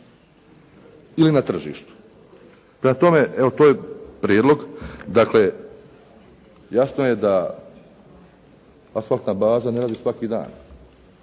ili na tržištu. Prema tome evo to je prijedlog, dakle jasno je da asfaltna baza ne radi svaki dan